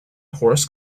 horse